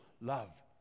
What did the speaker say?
love